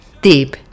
Tip